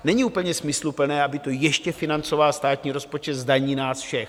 Není úplně smysluplné, aby to ještě financoval státní rozpočet z daní nás všech.